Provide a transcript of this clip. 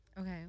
Okay